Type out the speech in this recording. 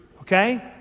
okay